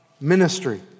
ministry